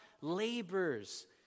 labors